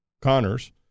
Connors